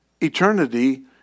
eternity